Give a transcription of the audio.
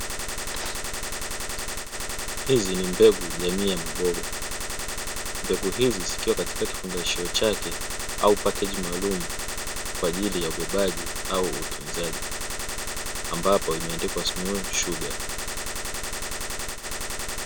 Hizi ni mbegu jamii ya maboga, mbegu hizi zikiwa katika kifungashio chake au pakeji maalumu kwaajili ya ubebaji au utunzaji ambapo imeandikwa 'smolo shuga'.